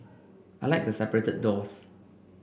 I like the separated doors